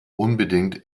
unbedingt